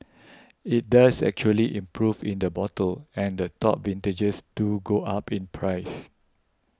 it does actually improve in the bottle and the top vintages do go up in price